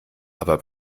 aber